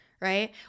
right